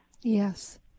Yes